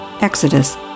Exodus